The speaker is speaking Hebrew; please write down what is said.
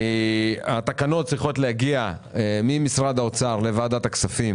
התקנות צריכות להגיע ממשרד האוצר לוועדת הכספים